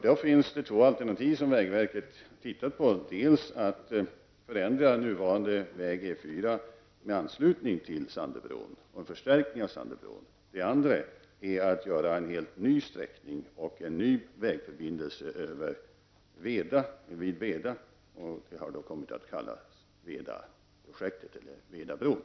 Det finns då två alternativ, som vägverket har studerat: dels att förändra väg E 4 med anslutning till Sandöbron och en förstärkning av Sandöbron, dels att göra en helt ny sträckning och en ny vägförbindelse vid Veda, vilket har kommit att kallas Vedaprojektet eller Vedabron.